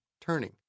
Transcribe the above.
turning